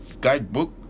guidebook